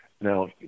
now